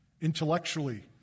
Intellectually